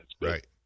Right